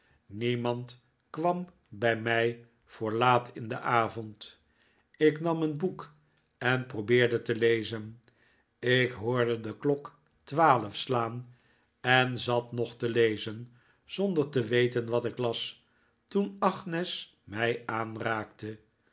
niemand kwam bij mij voor laat in den avond ik nam een boek en probeerde te lezen ik hoorde de klok twaalf slaan en zat nog te lezen zonder te weten wat ik las toen agnes mij aanraakte